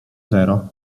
zero